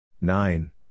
Nine